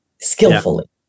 skillfully